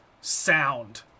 sound